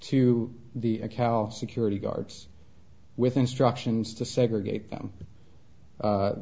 to the cal security guards with instructions to segregate them